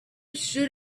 should